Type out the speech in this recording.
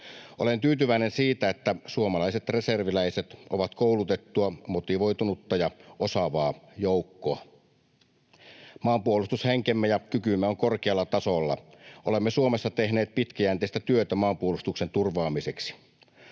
Olen tyytyväinen siitä, että suomalaiset reserviläiset ovat koulutettua, motivoitunutta ja osaavaa joukkoa. Maanpuolustushenkemme ja -kykymme ovat korkealla tasolla. Olemme Suomessa tehneet pitkäjänteistä työtä maanpuolustuksen turvaamiseksi.